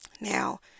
now